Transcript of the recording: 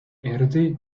erde